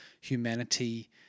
humanity